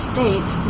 States